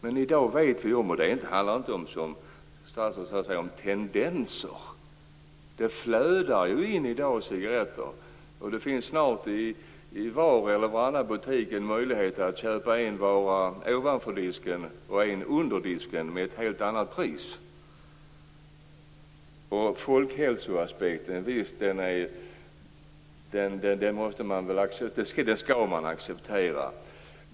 Men i dag vet vi att det inte som statsrådet säger handlar om tendenser, det flödar in cigaretter. Det finns snart i var och varannan butik en möjlighet att köpa en vara ovanför disken och en under disken, med ett helt annat pris. Folkhälsoaspekten skall man acceptera.